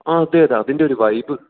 അതെ അതെ അതിന്റെയൊരു വൈബ്